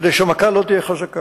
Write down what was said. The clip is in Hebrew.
כדי שהמכה לא תהיה חזקה,